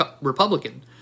Republican